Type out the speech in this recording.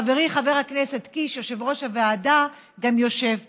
חברי חבר הכנסת קיש, יושב-ראש הוועדה, יושב פה.